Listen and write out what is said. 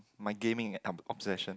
my gaming ob~ obsession